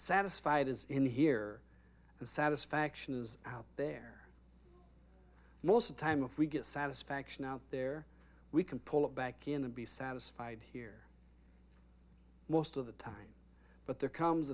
satisfied is in here and satisfaction is out there most of the time if we get satisfaction out there we can pull it back in and be satisfied here most of the time but there comes